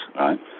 right